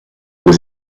aux